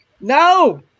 no